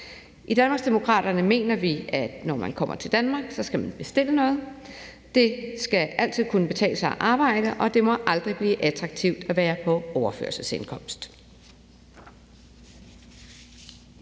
I Danmarksdemokraterne mener vi, at når man kommer til Danmark, skal man bestille noget. Det skal altid kunne betale sig at arbejde, og det må aldrig blive attraktivt at være på overførselsindkomst.